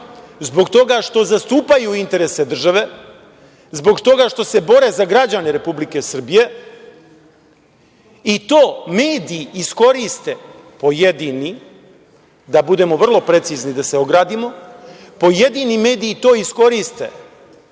zbog toga što zastupaju interese države, zbog toga što se bore za građane Republike Srbije i to mediji iskoriste, pojedini, da budemo vrlo precizni, da se ogradimo, pojedini mediji to iskoriste